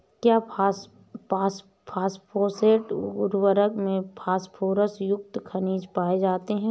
क्या फॉस्फेट उर्वरक में फास्फोरस युक्त खनिज पाए जाते हैं?